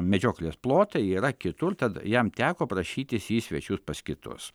medžioklės plotai yra kitur tad jam teko prašytis į svečius pas kitus